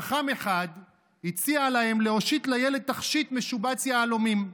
חכם אחד הציע להם להושיט לילד תכשיט משובץ יהלומים.